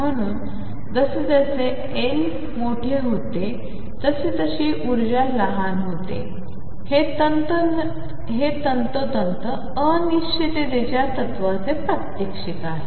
म्हणून जसजसे L मोठे होते तसतशी ऊर्जा लहान होते हे तंतोतंत अनिश्चिततेच्या तत्त्वाचे प्रात्यक्षिक आहे